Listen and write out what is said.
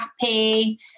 happy